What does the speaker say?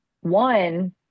one